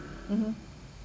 mmhmm